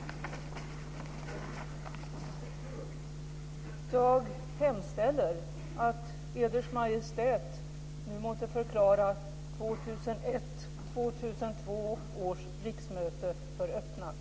Jag hemställer att Eders Majestät nu måtte förklara 2001/2002 års riksmöte för öppnat.